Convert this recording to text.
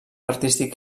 artístic